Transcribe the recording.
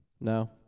No